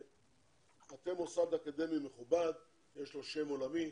אתם מוסד אקדמי מכובד, יש לו שם עולמי,